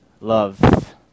love